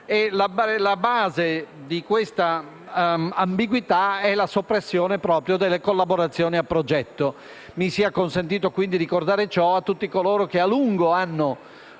la base di tale ambiguità è proprio la soppressione delle collaborazioni a progetto. Mi sia consentito qui di ricordare ciò a tutti coloro che a lungo hanno